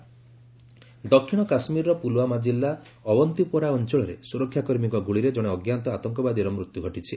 JK gunfight ଦକ୍ଷିଣ କାଶ୍ମୀରର ପୁଲ୍ୱାମା କିଲ୍ଲା ଅଓ୍ୱନ୍ତିପୋରା ଅଞ୍ଚଳରେ ସୁରକ୍ଷାକର୍ମୀଙ୍କ ଗୁଳିରେ ଜଣେ ଅଜ୍ଞାତ ଆତଙ୍କବାଦୀର ମୃତ୍ୟୁ ଘଟିଛି